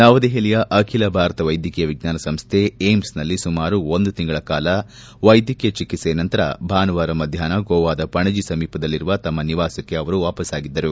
ನವದೆಹಲಿಯ ಅಖಿಲ ಭಾರತ ವೈದ್ಯಕೀಯ ವಿಜ್ವಾನ ಸಂಸ್ಥೆ ಏಮ್ಸ್ನಲ್ಲಿ ಸುಮಾರು ಒಂದು ತಿಂಗಳ ಕಾಲ ವೈದ್ಯಕೀಯ ಚಿಕಿತ್ಲೆಯ ನಂತರ ಭಾನುವಾರ ಮಧ್ಯಾಹ್ನ ಗೋವಾದ ಪಣಜಿ ಸಮೀಪವಿರುವ ತಮ್ಮ ನಿವಾಸಕ್ಕೆ ವಾಪಸ್ಸಾಗಿದ್ದರು